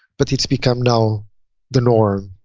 but it's become now the norm